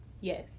yes